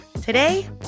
Today